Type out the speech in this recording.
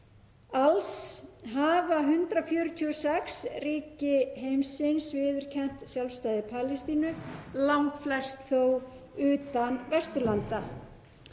Alls hafa 146 ríki heimsins viðurkennt sjálfstæði Palestínu, langflest þó utan Vesturlanda.